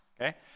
Okay